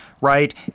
Right